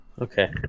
Okay